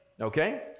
Okay